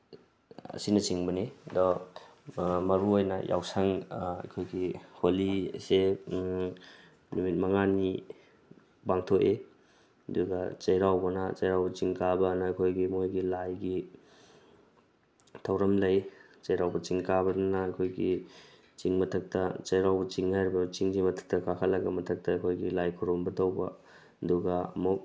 ꯑꯁꯤꯅꯆꯤꯡꯕꯅꯤ ꯑꯗꯣ ꯃꯔꯨꯑꯣꯏꯅ ꯌꯥꯎꯁꯪ ꯑꯩꯈꯣꯏꯒꯤ ꯍꯣꯂꯤ ꯑꯁꯦ ꯅꯨꯃꯤꯠ ꯃꯉꯥꯅꯤ ꯄꯥꯡꯊꯣꯛꯏ ꯑꯗꯨꯒ ꯆꯩꯔꯥꯎꯕꯅ ꯆꯩꯔꯥꯎꯕ ꯆꯤꯡ ꯀꯥꯕꯅ ꯑꯩꯈꯣꯏꯒꯤ ꯃꯣꯏꯒꯤ ꯂꯥꯏꯒꯤ ꯊꯧꯔꯝ ꯂꯩ ꯆꯩꯔꯥꯎꯕ ꯆꯤꯡ ꯀꯥꯕꯁꯤꯅ ꯑꯩꯈꯣꯏꯒꯤ ꯆꯤꯡ ꯃꯊꯛꯇ ꯆꯩꯔꯥꯎꯕ ꯆꯤꯡꯕ ꯍꯥꯏꯔꯤꯕ ꯆꯤꯡꯁꯤꯒꯤ ꯃꯊꯛꯇ ꯀꯥꯈꯠꯂꯒ ꯃꯊꯛꯇ ꯑꯩꯈꯣꯏꯒꯤ ꯂꯥꯏ ꯈꯨꯔꯨꯝꯕ ꯇꯧꯕ ꯑꯗꯨꯒ ꯑꯃꯨꯛ